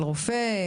של רופא.